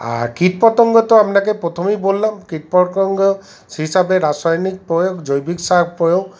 আর কীটপতঙ্গ তো আপনাকে প্রথমেই বললাম কীটপতঙ্গ হিসাবে রাসায়নিক প্রয়োগ জৈবিক সার প্রয়োগ